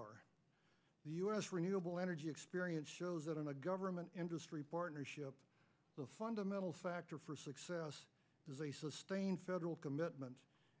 power the u s renewable energy experience shows that in a government industry partnership the fundamental factor for success is a sustained federal commitment